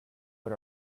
but